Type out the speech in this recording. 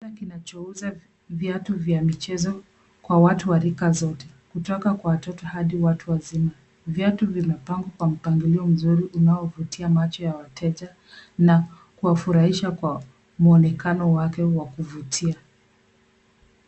Duka kinachouza viatu vya michezo kwa watu wa rika zote, kutoka kwa watoto hadi watu wazima. Viatu vimepangwa kwa mpangilio mzuri unaovutia macho ya wateja na kuwafurahisha kwa mwonekano wake wa kuvutia.